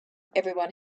everyone